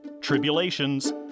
tribulations